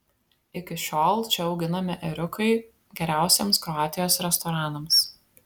iki šiol čia auginami ėriukai geriausiems kroatijos restoranams